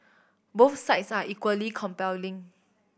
both sides are equally compelling